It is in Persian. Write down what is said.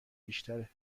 بیشتره